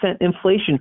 inflation